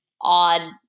odd